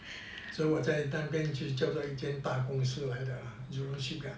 so 我在那边做多一间大公司来的 jurong shipyard